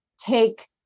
take